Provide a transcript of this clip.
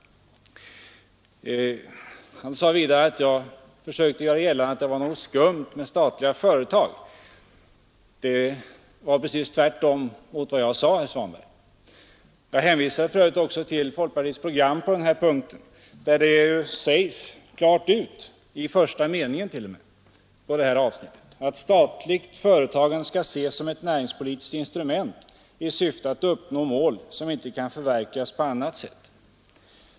Vidare sade herr Svanberg att jag försökte göra gällande att det var något skumt med statliga företag, men jag sade precis tvärtom, herr Svanberg. Jag hänvisade för övrigt också till folkpartiets program, där det sägs klart ut — t.o.m. i första meningen i detta avsnitt — att statligt företagande skall ses som ett näringspolitiskt instrument i syfte att uppnå mål som inte kan förverkligas på annat sätt.